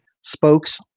spokes